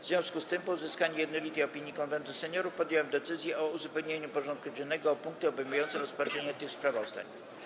W związku z tym, po uzyskaniu jednolitej opinii Konwentu Seniorów, podjąłem decyzję o uzupełnieniu porządku dziennego o punkty obejmujące rozpatrzenie tych sprawozdań.